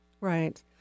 Right